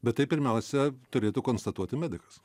bet tai pirmiausia turėtų konstatuoti medikas